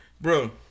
Bro